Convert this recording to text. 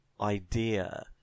Idea